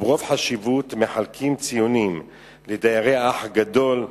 וברוב חשיבות מחלקים ציונים לדיירי 'האח הגדול',